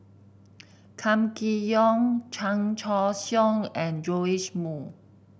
Kam Kee Yong Chan Choy Siong and Joash Moo